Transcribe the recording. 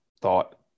thought